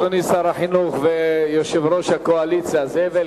אדוני שר החינוך ויושב-ראש הקואליציה זאב אלקין,